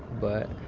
but